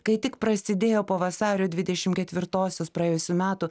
kai tik prasidėjo po vasario dvidešimt ketvirtosios praėjusių metų